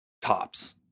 tops